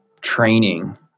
training